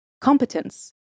competence